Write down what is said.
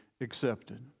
accepted